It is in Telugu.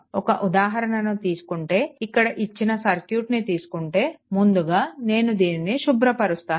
ఒక ఉదాహరణ తీసుకుంటే ఇక్కడ ఇచ్చిన సర్క్యూట్ని తీసుకుంటే ముందుగా నేను దీనిని శుభ్రపరుస్తాను